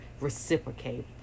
reciprocate